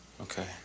Okay